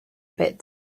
pits